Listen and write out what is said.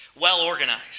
well-organized